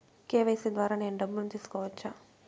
KYC ద్వారా నేను డబ్బును తీసుకోవచ్చా?